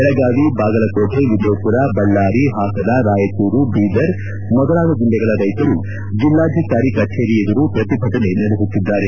ಬೆಳಗಾವಿ ಬಾಗಲಕೋಟೆ ವಿಜಯಪುರ ಬಳ್ಳಾರಿ ಹಾಸನ ರಾಯಚೂರು ಬೀದರ್ ಮೊದಲಾದ ಜಿಲ್ಲೆಗಳ ರೈತರು ಜಿಲ್ಲಾಧಿಕಾರಿ ಕಚೇರಿ ಎದುರು ಪ್ರತಿಭಟನೆ ನಡೆಸುತ್ತಿದ್ದಾರೆ